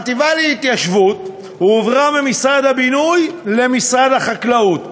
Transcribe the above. החטיבה להתיישבות הועברה ממשרד הבינוי למשרד החקלאות.